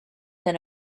than